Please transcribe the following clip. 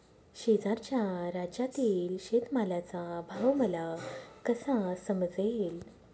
शेजारच्या राज्यातील शेतमालाचा भाव मला कसा समजेल?